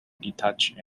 detached